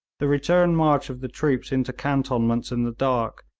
the return march of the troops into cantonments in the dark,